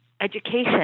education